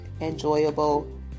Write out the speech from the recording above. enjoyable